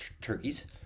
turkeys